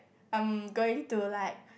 I'm going to like